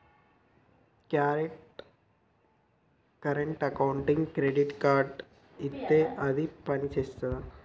Current అకౌంట్కి credit card ఇత్తే అది పని చేత్తదా?